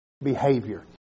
behavior